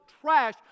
trash